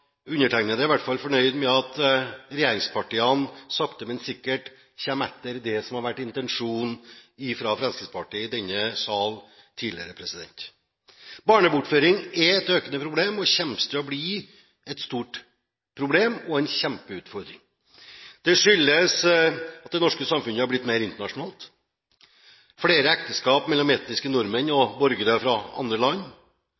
Undertegnede er i hvert fall fornøyd med at regjeringspartiene sakte, men sikkert kommer etter det som har vært intensjonen til Fremskrittspartiet i denne salen tidligere. Barnebortføring er et økende problem og kommer til å bli et stort problem, og vil bli en kjempeutfordring. Det skyldes at det norske samfunnet har blitt mer internasjonalt. Det er flere ekteskap mellom etniske nordmenn og borgere fra andre land,